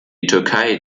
türkei